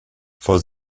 vor